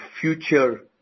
future